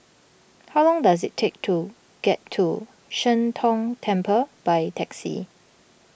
how long does it take to get to Sheng Tong Temple by taxi